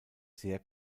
sehr